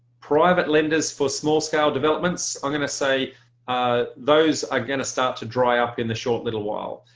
private lenders for small-scale developments i'm going to say ah those ah gonna start to dry up in the short little while.